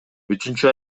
үчүнчү